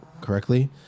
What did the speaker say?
correctly